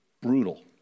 brutal